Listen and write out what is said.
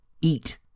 eat